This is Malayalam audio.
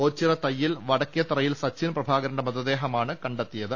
ഓച്ചിറ തയ്യിൽ വടക്കേത്തറയിൽ സച്ചിൻ പ്രഭാകരന്റെ മൃതദേഹമാണ് കണ്ടെത്തിയത്